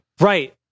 Right